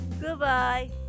Goodbye